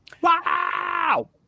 Wow